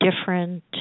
different